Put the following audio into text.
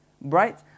bright